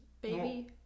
baby